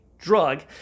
drug